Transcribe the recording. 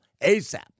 ASAP